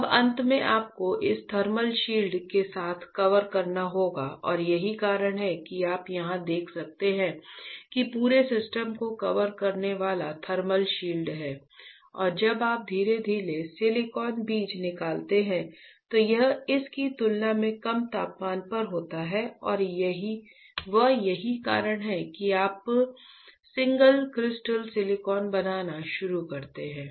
अब अंत में आपको इसे थर्मल शील्ड के साथ कवर करना होगा और यही कारण है कि आप यहां देख सकते हैं कि पूरे सिस्टम को कवर करने वाला थर्मल शील्ड है और जब आप धीरे धीरे सिलिकॉन बीज निकालते हैं तो यह इस की तुलना में कम तापमान पर होता है और वह यही कारण है कि आप सिंगल क्रिस्टल सिलिकॉन बनाना शुरू करते हैं